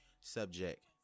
subject